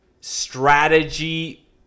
strategy